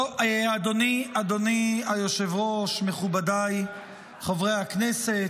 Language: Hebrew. אדוני היושב-ראש, מכובדיי חברי הכנסת,